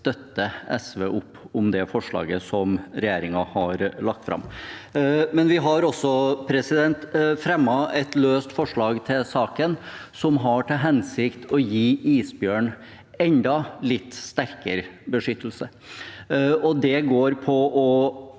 støtter SV opp om det forslaget som regjeringen har lagt fram. Men vi har også fremmet et løst forslag til saken som har til hensikt å gi isbjørnen enda litt sterkere beskyttelse, og det går på å